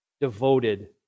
devoted